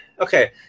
okay